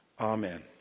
Amen